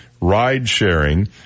ride-sharing